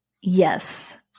Yes